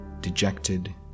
dejected